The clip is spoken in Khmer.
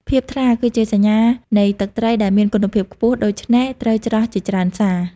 ភាពថ្លា គឺជាសញ្ញានៃទឹកត្រីដែលមានគុណភាពខ្ពស់ ដូច្នេះត្រូវច្រោះជាច្រើនសា។